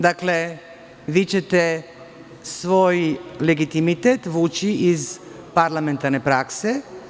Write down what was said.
Dakle, vi ćete svoj legitimitet vući iz parlamentarne prakse.